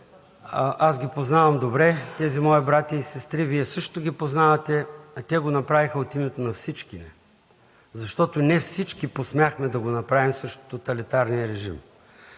аз познавам добре тези мои братя и сестри, Вие също ги познавате, те го направиха от името на всички ни, защото не всички посмяхме да го направим срещу тоталитарния режим.